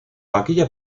aquella